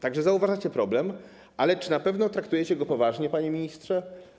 Tak że zauważacie problem, ale czy na pewno traktujecie go poważnie, panie ministrze?